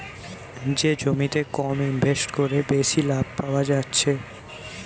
যে জমিতে কম ইনভেস্ট কোরে বেশি লাভ পায়া যাচ্ছে